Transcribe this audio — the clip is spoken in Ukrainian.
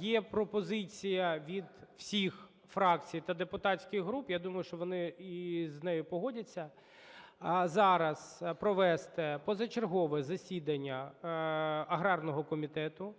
Є пропозиція від всіх фракцій та депутатських груп, і я думаю, що вони з нею погодяться, зараз провести позачергове засідання аграрного комітету.